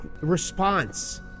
response